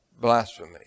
Blasphemy